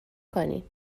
کنین